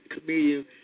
comedian